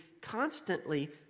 constantly